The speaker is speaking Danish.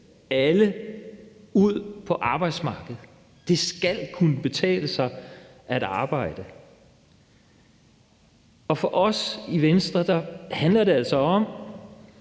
alle ud på arbejdsmarkedet. Det skal kunne betale sig at arbejde, og for os i Venstre handler det altså om,